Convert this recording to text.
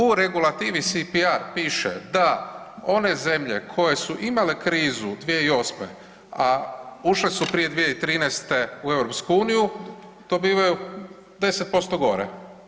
U regulativi CPR da one zemlje koje su imale krizu 2008., a ušle su prije 2013. u EU dobivaju 10% gore.